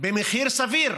במחיר סביר.